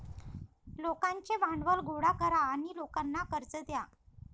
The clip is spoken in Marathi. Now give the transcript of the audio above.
लोकांचे भांडवल गोळा करा आणि लोकांना कर्ज द्या